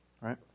Right